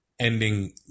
Ending